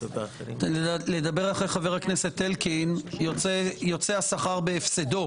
לדבר אחרי חבר הכנסת אלקין, יוצא השכר בהפסדו.